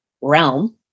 realm